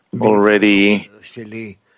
already